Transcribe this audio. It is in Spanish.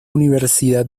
universidad